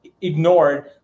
ignored